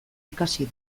ikasi